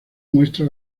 muestra